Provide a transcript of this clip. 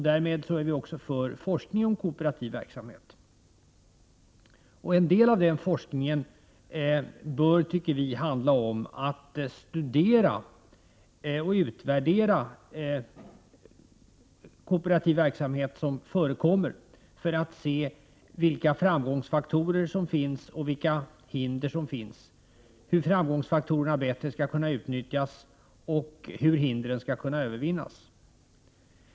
Därmed är vi också för forskning om kooperativ verksamhet. En del av den forskningen bör gå ut på att studera och utvärdera den kooperativa verksamhet som förekommer för att se vilka framgångsfaktorer och hinder som finns, hur framgångsfaktorer bättre skall kunna utnyttjas och hur hindren skall kunna övervinnas.